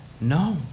No